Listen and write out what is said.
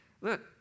Look